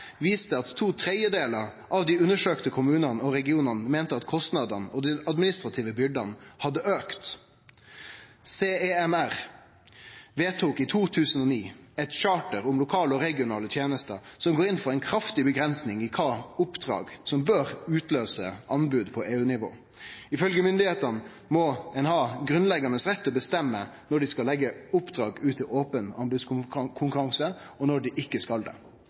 viste at to tredelar av dei undersøkte kommunane og regionane meinte at kostnadene og dei administrative byrdene hadde auka. CEMR vedtok i 2009 eit charter om lokale og regionale tenester som går inn for ei kraftig avgrensing i kva oppdrag som bør utløyse anbod på EU-nivå. Ifølgje myndigheitene må ein ha grunnleggjande rett til å bestemme når dei skal leggje oppdrag ut til open anbodskonkurranse, og når dei ikkje skal det.